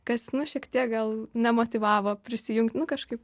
kas šiek tiek gal nemotyvavo prisijungti nu kažkaip